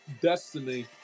destiny